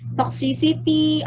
toxicity